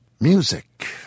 Music